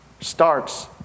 starts